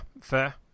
fair